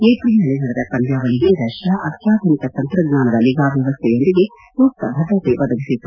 ಏಪ್ರಿಲ್ನಲ್ಲಿ ನಡೆದ ಪಂದ್ಕಾವಳಿಗೆ ರಷ್ಕಾ ಅತ್ಯಾಧುನಿಕ ತಂತ್ರಜ್ಞಾನದ ನಿಗಾ ವ್ಯವಸ್ಥೆಯೊಂದಿಗೆ ಸೂಕ್ತ ಭದ್ರತೆ ಒದಗಿಸಿತ್ತು